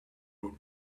road